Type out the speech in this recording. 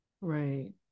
Right